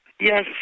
Yes